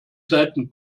seiten